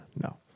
no